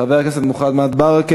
חבר הכנסת מוחמד ברכה,